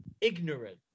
ignorant